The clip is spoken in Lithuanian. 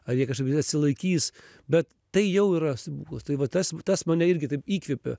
ar jie kažkaip ten atsilaikys bet tai jau yra stebuklas tai va tas tas mane irgi taip įkvepia